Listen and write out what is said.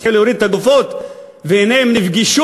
התחילו להוריד את הגופות והנה הם נפגשו